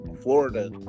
Florida